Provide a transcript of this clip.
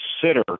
consider